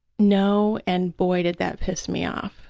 no, and boy, did that piss me off,